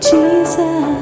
Jesus